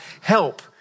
help